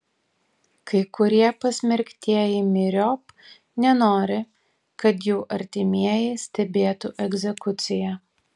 kai kurie pasmerktieji myriop nenori kad jų artimieji stebėtų egzekuciją